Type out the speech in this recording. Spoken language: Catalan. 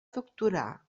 doctorar